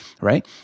right